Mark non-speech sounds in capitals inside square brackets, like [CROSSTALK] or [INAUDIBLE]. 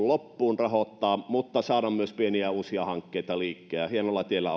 [UNINTELLIGIBLE] loppuun rahoitetaan mutta saadaan myös pieniä uusia hankkeita liikkeelle hienolla tiellä [UNINTELLIGIBLE]